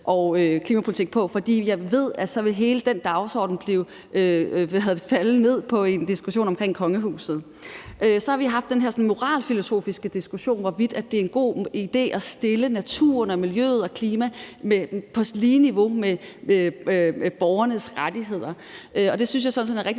og miljøpolitik på, for jeg ved, at så vil hele den dagsorden falde ned på en diskussion om kongehuset. Så har vi haft den her sådan moralfilosofiske diskussion om, hvorvidt det er en god idé at stille naturen og miljøet og klimaet på niveau med borgernes rettigheder. Det synes jeg sådan set er en rigtig